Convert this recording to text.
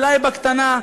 אולי בקטנה,